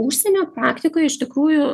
užsienio praktikoj iš tikrųjų